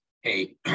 hey